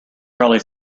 probably